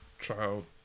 child